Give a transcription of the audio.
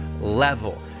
level